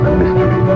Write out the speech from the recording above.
mystery